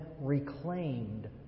reclaimed